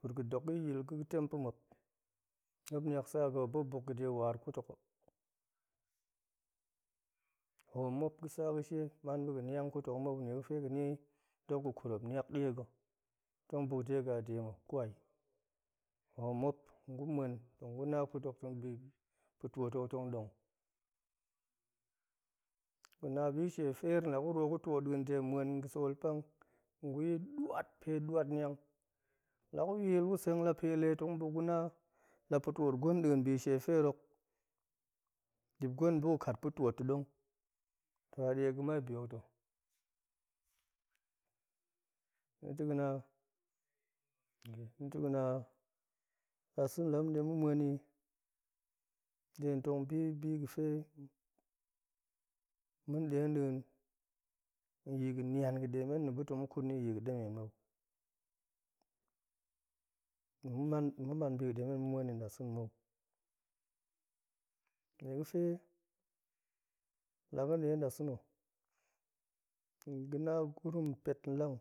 Kur ga̱dok ga̱yil ga̱ tem pa̱muop niak sa ga̱ muop buk buk ga̱de waar kut hok, hoom muop ga̱ sa ga̱she man ba̱ ga̱ niang kut hok mou niega̱fe ga̱ni dok ga̱ kut, muop niang ɗie ga̱ tong buk de ga̱ a de mo, kwai, hoom muop ngu ma̱en, tong guna kut hok tong da̱, pa̱ twoot hok tong nong. guna bi shie feer na̱ lagu rwoo gu twoot ɗiin de ma̱en ga̱ sol pang, nguyi nwat, pe nwat niang. laguyil, gu seng lape lee, tong gu buk guna lapa̱ twot gwen ɗiin bi she feer hok, dip gwen buk gu kat pa̱ twot ta̱ nong, toh a ɗie ga̱mai bi hok to. nita̱ ga̱na nita̱ ga̱na ɗasena̱ lamunɗe tong mu ma̱en i de tong bi biga̱fe ma̱nɗe nɗiin, nn yi ga̱ nian ga̱ ɗe men na̱ buk tong mu kut yin yi ga̱ ɗemen mou, tong mu man, ga̱ man bi ga̱ ɗe men ma̱ man i nnasena̱ mou, niega̱fe laga̱n ɗe nɗasena̱ nga̱na gurum pet nlang,